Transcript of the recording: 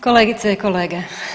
Kolegice i kolege.